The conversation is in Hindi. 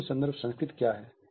निम्न संदर्भ संस्कृति क्या है